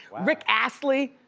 rick astley.